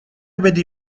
بدی